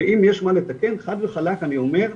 ואם יש מה לתקן, חד וחלק, אני אומר,